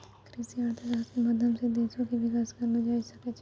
कृषि अर्थशास्त्रो के माध्यम से देशो के विकास करलो जाय सकै छै